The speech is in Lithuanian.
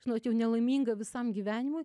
žinot jau nelaimingą visam gyvenimui